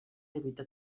evita